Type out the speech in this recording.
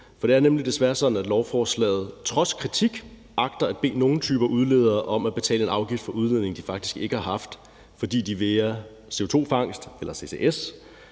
For det er nemlig desværre sådan, at lovforslaget trods kritik agter at bede nogle typer udledere om at betale en afgift for en udledning, de faktisk ikke har haft, fordi de via CO2-fangst eller ccs